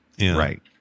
Right